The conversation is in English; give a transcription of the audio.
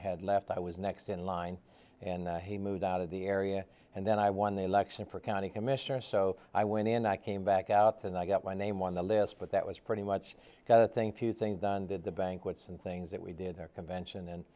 had left i was next in line and he moved out of the area and then i won the election for county commissioner so i went in i came back out and i got my name on the list but that was pretty much the thing few things done did the banquets and things that we did their convention and